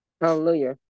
hallelujah